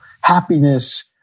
happiness